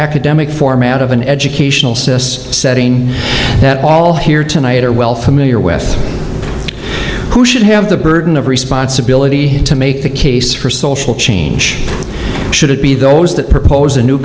academic format of an educational setting that all here tonight are well familiar with who should have the burden of responsibility to make the case for social change should it be those that propose a new